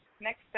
Next